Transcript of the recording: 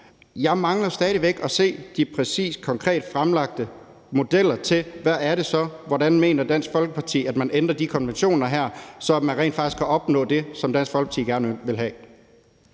jeg mangler stadig væk at se de præcise og konkret fremlagte modeller til, hvordan Dansk Folkeparti mener at man skal ændre de her konventioner, så man rent faktisk kan opnå det, som Dansk Folkeparti gerne vil have.